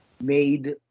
made